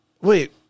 wait